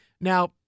Now